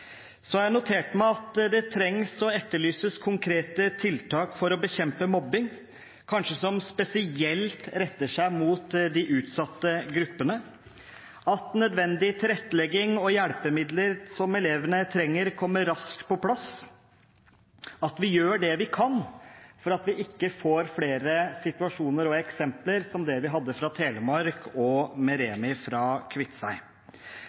Så har jeg notert meg at det trengs og etterlyses konkrete tiltak for å bekjempe mobbing, kanskje spesielt den som retter seg mot de utsatte gruppene, at nødvendig tilrettelegging og nødvendige hjelpemidler elevene trenger, kommer raskt på plass, at vi gjør det vi kan for at vi ikke får flere situasjoner og eksempler som det vi hadde fra Telemark og med